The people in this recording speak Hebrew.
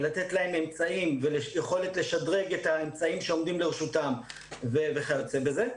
ולתת להם אמצעים ויכולת לשדרג את האמצעים שעומדים לרשותם וכיוצא בזה,